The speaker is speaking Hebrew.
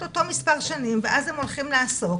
את אותו מספר שנים ואז הם הולכים לעסוק